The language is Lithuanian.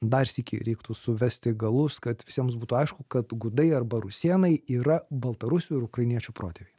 dar sykį reiktų suvesti galus kad visiems būtų aišku kad gudai arba rusėnai yra baltarusių ir ukrainiečių protėviai